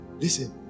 listen